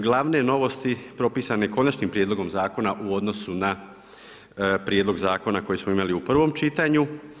Glavne novosti propisane Konačnim prijedlogom zakona u odnosu na Prijedlog zakona koji smo imali u prvom čitanju.